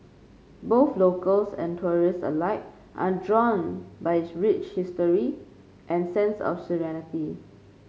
both locals and tourists alike are drawn by its rich history and sense of serenity